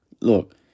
Look